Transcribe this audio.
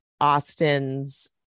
Austin's